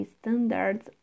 standards